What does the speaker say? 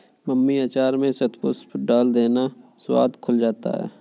mummy अचार में शतपुष्प डाल देना, स्वाद खुल जाता है